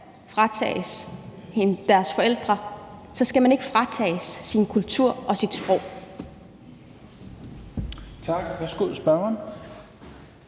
fratages sine forældre, skal det ikke fratages sin kultur og sit sprog.